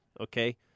okay